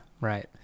right